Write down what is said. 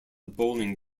bowling